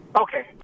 Okay